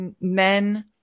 men